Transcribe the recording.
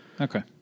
Okay